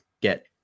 get